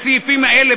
בסעיפים האלה,